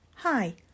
Hi